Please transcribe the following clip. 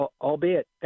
albeit